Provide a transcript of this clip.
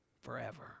forever